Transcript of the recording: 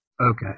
Okay